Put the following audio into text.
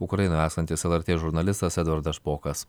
ukrainoje esantis lrt žurnalistas edvardas špokas